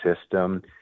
system